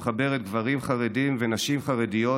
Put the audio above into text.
המחברת גברים חרדים ונשים חרדיות